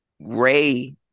Ray